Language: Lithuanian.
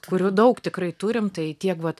kurių daug tikrai turim tai tiek vat